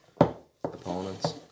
opponents